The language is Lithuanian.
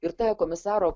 ir ta komisaro